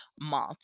Month